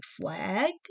flag